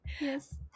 Yes